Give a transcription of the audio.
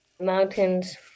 mountains